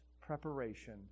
preparation